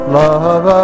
love